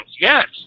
yes